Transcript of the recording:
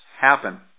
happen